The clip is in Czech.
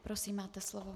Prosím, máte slovo.